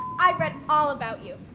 i read all about you.